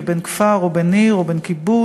או בן כפר או בן עיר או בן קיבוץ,